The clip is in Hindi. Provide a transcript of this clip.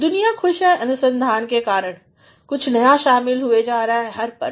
दुनिया खुश है अनुसंधान के कारण कुछ नया शामिल हुए जा रहा है हर पल